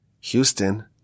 Houston